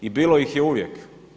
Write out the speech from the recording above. I bilo ih je uvijek.